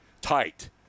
tight